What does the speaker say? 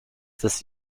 this